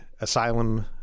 asylum